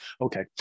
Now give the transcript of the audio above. Okay